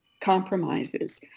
compromises